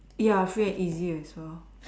ya free and easy we saw